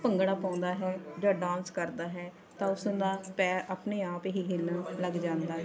ਭੰਗੜਾ ਪਾਉਂਦਾ ਹੈ ਜਾਂ ਡਾਂਸ ਕਰਦਾ ਹੈ ਤਾਂ ਉਸ ਦਾ ਪੈਰ ਆਪਣੇ ਆਪ ਹੀ ਹਿੱਲਣ ਲੱਗ ਜਾਂਦਾ